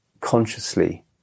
consciously